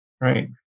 Right